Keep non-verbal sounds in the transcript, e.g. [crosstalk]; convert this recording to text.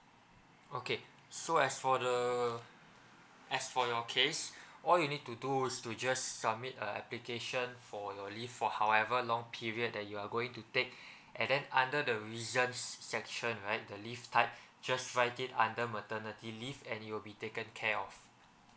okay so as for the as for your case all you need to do is to just submit a application for your leave for however long period that you are going to take [breath] and then under the reasons section right the leave type just write it under maternity leave and it'll be taken care of